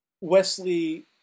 Wesley